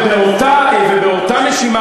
ובאותה נשימה,